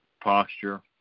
posture